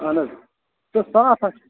اَہَن حظ یُس حظ صاف آسہِ